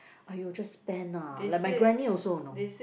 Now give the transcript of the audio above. !aiyo! just spend lah like my granny also you know